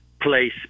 place